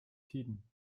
tiden